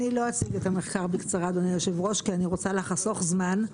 אני לא אציג את המחקר בקצרה כי אני רוצה לחסוך זמן.